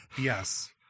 Yes